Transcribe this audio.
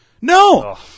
No